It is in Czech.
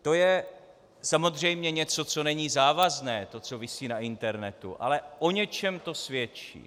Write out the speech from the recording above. To je samozřejmě něco, co není závazné, to co visí na internetu, ale o něčem to svědčí.